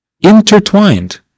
Intertwined